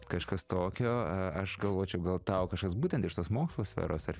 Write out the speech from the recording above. kažkas tokio a aš galvočiau gal tau kažkas būtent iš tos mokslo sferos ar